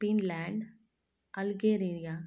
Finland Algeria